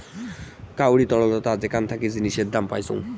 কাউরি তরলতা যেখান থাকি জিনিসের দাম পাইচুঙ